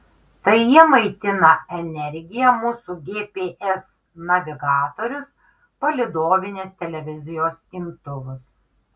tai jie maitina energija mūsų gps navigatorius palydovinės televizijos imtuvus